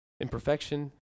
imperfection